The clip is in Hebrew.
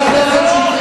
חבר הכנסת שטרית,